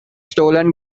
stolen